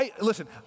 Listen